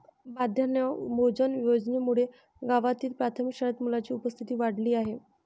माध्यान्ह भोजन योजनेमुळे गावातील प्राथमिक शाळेत मुलांची उपस्थिती वाढली आहे